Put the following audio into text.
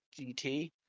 GT